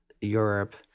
Europe